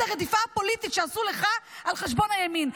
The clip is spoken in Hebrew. הרדיפה הפוליטית שעשו לך על חשבון הימין.